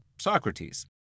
Socrates